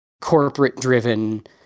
corporate-driven